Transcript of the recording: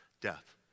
death